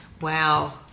Wow